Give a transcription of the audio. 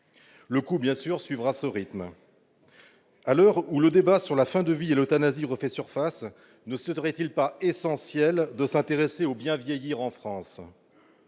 Le coût suivra évidemment un tel rythme. À l'heure où le débat sur la fin de vie et l'euthanasie refait surface, ne serait-il pas essentiel de s'intéresser au bien-vieillir en France ?